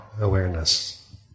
awareness